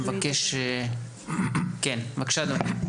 אדוני, בבקשה.